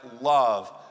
love